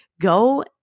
Go